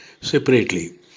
separately